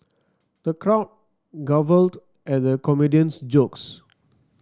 the crowd guffawed at the comedian's jokes